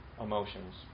emotions